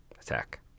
attack